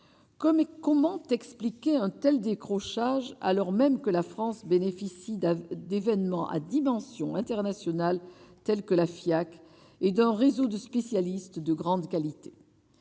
comment texte. Cliquez untel décrochage alors même que la France bénéficie d'un d'événements à dimension internationale, telle que la FIAC et d'un réseau de spécialistes de grande qualité,